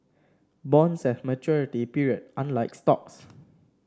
bonds have maturity period unlike stocks